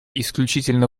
исключительно